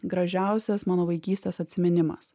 gražiausias mano vaikystės atsiminimas